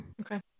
Okay